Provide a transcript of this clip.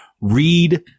read